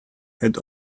had